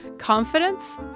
Confidence